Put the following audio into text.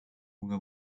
bunga